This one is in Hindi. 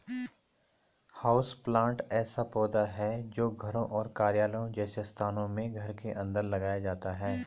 हाउसप्लांट ऐसा पौधा है जो घरों और कार्यालयों जैसे स्थानों में घर के अंदर उगाया जाता है